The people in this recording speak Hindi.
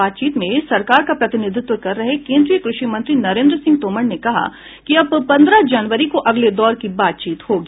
बातचीत में सरकार का प्रतिनिधित्व कर रहे केन्द्रीय कृषि मंत्री नरेन्द्र सिंह तोमर ने कहा कि अब पन्द्रह जनवरी को अगले दौर की बातचीत होगी